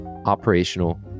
operational